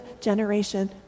generation